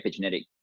epigenetic